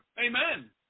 Amen